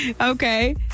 Okay